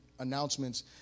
announcements